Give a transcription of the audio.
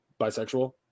bisexual